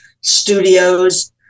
studios